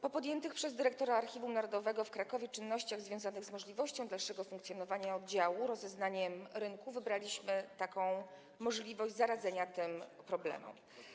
Po podjętych przez dyrektora Archiwum Narodowego w Krakowie czynnościach związanych z możliwością dalszego funkcjonowania oddziału i rozeznaniem rynku wybraliśmy następującą możliwość zaradzenia tym problemom.